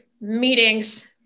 meetings